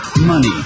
money